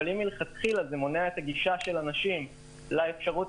אבל אם מלכתחילה זה מונע את הגישה של אנשים לאפשרות